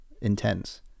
intense